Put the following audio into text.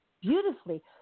beautifully